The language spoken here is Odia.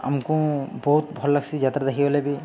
ଆମ୍କୁ ବହୁତ୍ ଭଲ୍ ଲାଗ୍ସି ଯାତ୍ରା ଦେଖି ଗଲେ ବି